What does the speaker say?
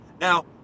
Now